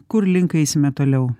kur link eisime toliau